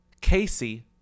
Casey